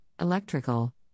electrical